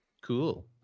Cool